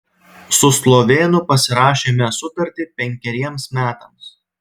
su slovėnu pasirašėme sutartį penkeriems metams